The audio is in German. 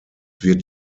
wird